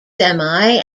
semi